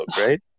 right